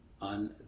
on